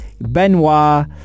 Benoit